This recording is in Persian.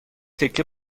تکه